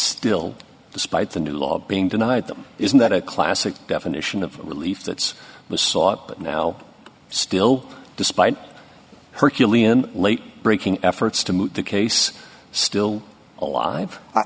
still despite the new law being denied them isn't that a classic definition of relief that's was sought but now still despite hercules in late breaking efforts to move the case still alive